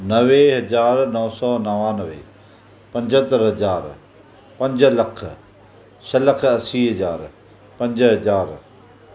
नवे हज़ार नो सौ नवानवे पंजतरि हज़ार पंज लख छह लख असी हज़ार पंज हज़ार